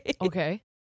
Okay